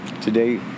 Today